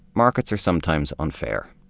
markets are sometimes unfair.